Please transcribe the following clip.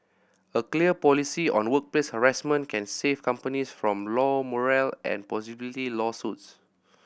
a clear policy on workplace harassment can save companies from low morale and possibly lawsuits